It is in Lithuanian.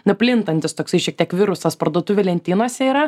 na plintantis tasai šiek tiek virusas parduotuvių lentynose yra